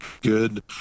good